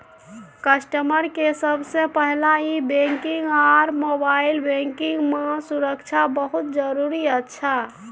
customer के सबसे पहला ई बैंकिंग आर मोबाइल बैंकिंग मां सुरक्षा बहुत जरूरी अच्छा